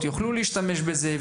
יוכלו להשתמש בזה.